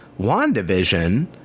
WandaVision